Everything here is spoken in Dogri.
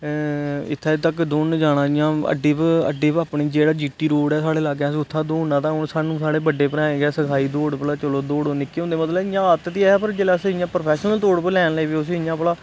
इत्थे तक दौड़न जाना इयां अड्डे उप्पर अड्डै उप्पर अपने जेहड़ा जीटी रोड ऐ साढ़े लागै असें उत्थै दौड़ना ते ओह् सानू साढ़े बड्डे भ्राएं गै सिखाई दौड़ भला चलो दोड़न निक्के होंदे इयां मतलब आदत बी ऐ पर जिसलै अस इयां प्रफैशनल तौर उप्पर लैन लग्गी पे इयां उसी थोह्ड़ा